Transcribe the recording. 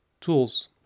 tools